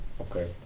Okay